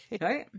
Right